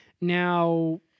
Now